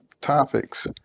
topics